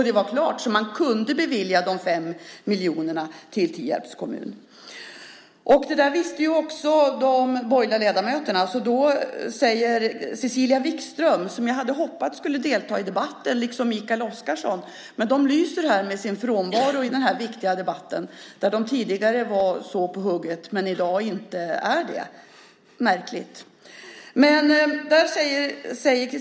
Det var klart och man kunde bevilja de fem miljonerna till Tierps kommun. Det visste ju också de borgerliga ledamöterna. Jag hade hoppats att Cecilia Wikström och Mikael Oscarsson skulle delta i den här debatten. Men de lyser med sin frånvaro i den här viktiga debatten där de tidigare var så på hugget, men i dag inte är det. Det är märkligt.